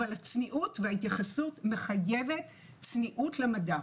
אבל הצניעות וההתייחסות מחייבת צניעות למדע,